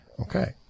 Okay